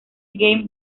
game